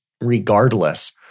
regardless